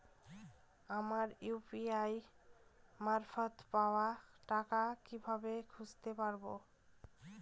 আমার ইউ.পি.আই মারফত পাওয়া টাকা কিভাবে খুঁজে পাব?